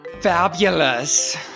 fabulous